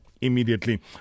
immediately